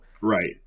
Right